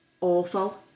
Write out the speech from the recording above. awful